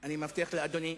אני מבטיח לאדוני.